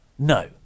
No